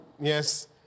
yes